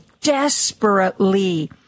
desperately